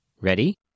Ready